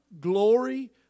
glory